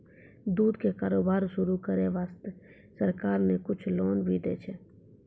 दूध के कारोबार शुरू करै वास्तॅ सरकार न कुछ लोन भी दै छै